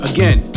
Again